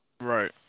right